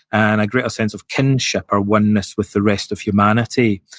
and a greater sense of kinship or oneness with the rest of humanity.